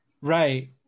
right